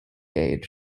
age